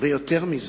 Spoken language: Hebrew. ויותר מזה: